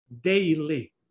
daily